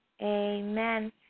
amen